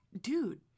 dude